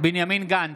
בנימין גנץ,